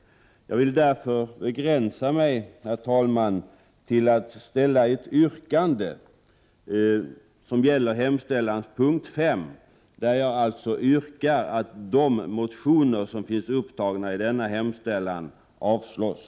Jag vill därför begränsa mig till att framställa ett yrkande som gäller mom. 5 i hemställan, där jag yrkar att de motioner som är angivna under detta moment avslås.